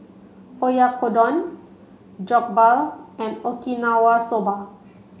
Oyakodon Jokbal and Okinawa Soba